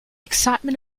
excitement